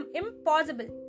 impossible